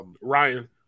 Ryan